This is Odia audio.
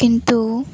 କିନ୍ତୁ